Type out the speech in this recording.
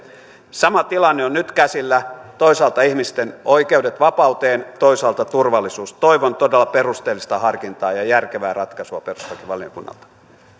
sama tilanne on nyt käsillä toisaalta ihmisten oikeudet vapauteen toisaalta turvallisuus toivon todella perusteellista harkintaa ja ja järkevää ratkaisua perustuslakivaliokunnalta